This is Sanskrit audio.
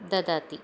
ददाति